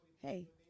Hey